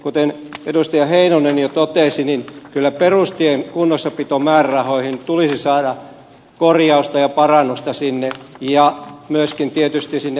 kuten edustaja heinonen jo totesi kyllä perustienpitoon kunnossapitomäärärahoihin tulisi saada korjausta ja parannusta ja myöskin tietysti siinä